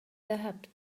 ذهبت